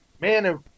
man